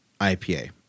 IPA